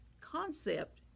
concept